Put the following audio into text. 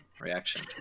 reaction